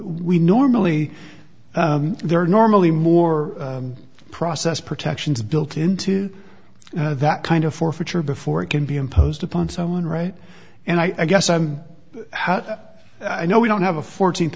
we normally there are normally more process protections built into that kind of forfeiture before it can be imposed upon someone right and i guess i'm how i know we don't have a fourteenth